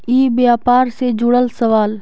ई व्यापार से जुड़ल सवाल?